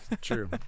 true